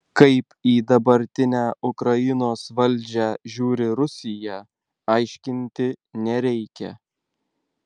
kaip į dabartinę ukrainos valdžią žiūri rusija aiškinti nereikia